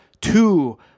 two